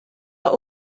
are